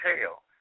hell